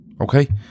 okay